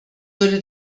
würde